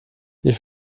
ich